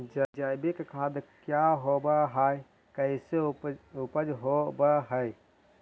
जैविक खाद क्या होब हाय कैसे उपज हो ब्हाय?